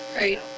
right